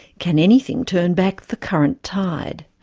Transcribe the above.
can anything turn back the current tide?